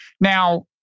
Now